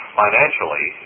financially